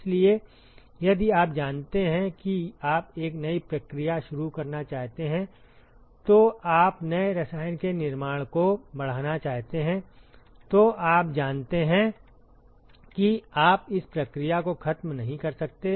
इसलिए यदि आप जानते हैं कि आप एक नई प्रक्रिया शुरू करना चाहते हैं तो आप नए रसायन के निर्माण को बढ़ाना चाहते हैं तो आप जानते हैं कि आप इस प्रक्रिया को खत्म नहीं कर सकते